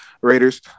Raiders